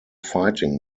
fighting